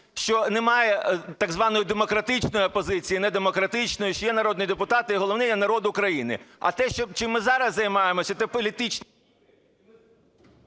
що немає так званої демократичної опозиції, недемократичної, що є народний депутат і головне – є народ України. А те, чим ми зараз займаємося, це політичні…